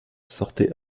sortait